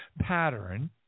pattern